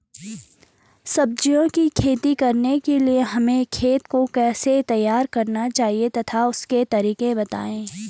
सब्जियों की खेती करने के लिए हमें खेत को कैसे तैयार करना चाहिए तथा उसके तरीके बताएं?